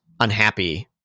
unhappy